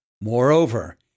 Moreover